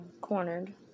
cornered